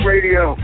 Radio